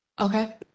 Okay